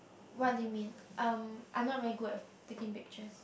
what do you mean um I'm not very good at taking pictures